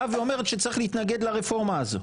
באה ואומרת שצריך להתנגד לרפורמה הזו,